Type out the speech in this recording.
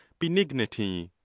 benignity,